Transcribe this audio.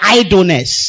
idleness